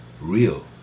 real